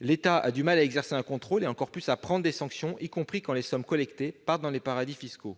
L'État a du mal à exercer un contrôle sur ces ressources, encore plus à prendre des sanctions, y compris quand les sommes collectées partent dans les paradis fiscaux.